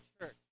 church